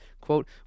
Quote